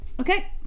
Okay